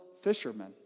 fishermen